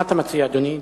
מה אתה מציע, אדוני?